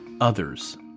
others